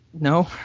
No